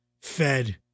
fed